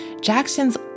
Jackson's